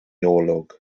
olwg